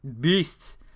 beasts